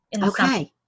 Okay